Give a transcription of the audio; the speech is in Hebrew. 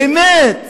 באמת?